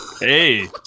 Hey